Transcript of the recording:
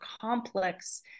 complex